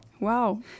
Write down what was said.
Wow